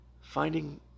Finding